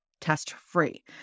test-free